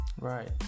Right